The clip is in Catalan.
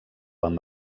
amb